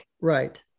Right